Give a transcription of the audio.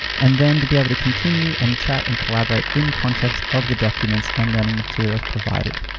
and then to be able to continue and chat and collaborate in context of the documents and learning materials provided.